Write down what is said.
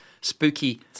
spooky